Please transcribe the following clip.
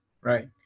Right